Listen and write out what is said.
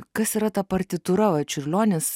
kas yra ta partitūra va čiurlionis